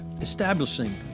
Establishing